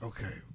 Okay